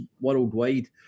worldwide